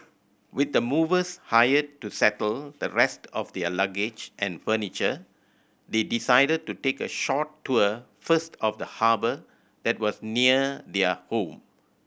with the movers hired to settle the rest of their luggage and furniture they decided to take a short tour first of the harbour that was near their home